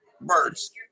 Birds